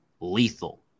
lethal